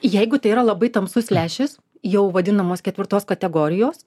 jeigu tai yra labai tamsus lęšis jau vadinamos ketvirtos kategorijos